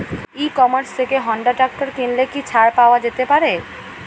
ই commerce থেকে Honda tractor কিনলে কি ছাড় পাওয়া যেতে পারে?